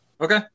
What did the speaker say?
Okay